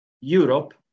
Europe